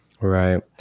Right